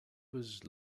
was